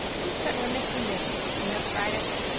notice that we're missing days, we have friday,